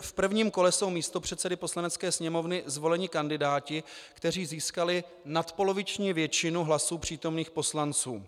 V prvním kole jsou místopředsedy Poslanecké sněmovny zvoleni kandidáti, kteří získali nadpoloviční většinu hlasů přítomných poslanců.